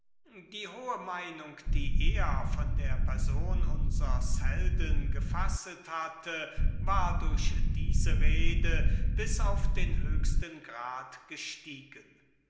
die hohe meinung die er von seinen fähigkeiten gefasset hatte war durch diesen diskurs auf den höchsten grad gestiegen